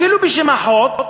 אפילו בשם החוק,